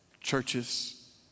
churches